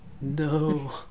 No